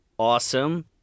awesome